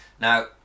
Now